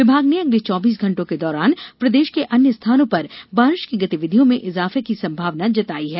विभाग ने अगले चौबीस घंटों के दौरान प्रदेश के अन्य स्थानों पर बारिश की गतिविधियों में इजाफा की संभावना जताई है